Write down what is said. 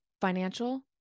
financial